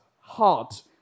heart